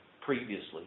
previously